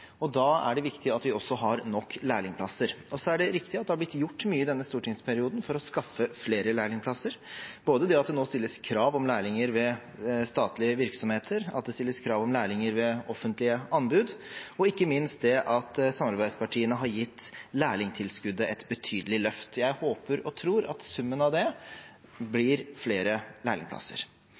det har blitt gjort mye i denne stortingsperioden for å skaffe flere lærlingplasser, både ved at det nå stilles krav om lærlinger ved statlige virksomheter, at det stilles krav om lærlinger ved offentlige anbud, og ikke minst ved at samarbeidspartiene har gitt lærlingtilskuddet et betydelig løft. Jeg håper og tror at summen av det blir flere lærlingplasser.